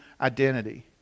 identity